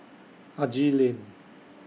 Haji Lane